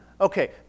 Okay